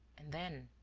and then.